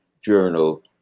journal